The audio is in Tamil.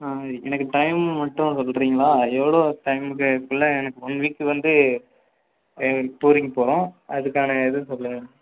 ஆ எனக்கு டைம்மு மட்டும் சொல்கிறீங்களா எவளோ டைமுக்கு அதுக்குள்ளே எனக்கு ஒன் வீக்கு வந்து எங்கே டூரிங் போகிறோம் அதுக்கான இது சொல்லுங்க